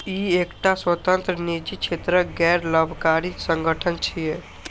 ई एकटा स्वतंत्र, निजी क्षेत्रक गैर लाभकारी संगठन छियै